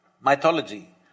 mythology